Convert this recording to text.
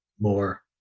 more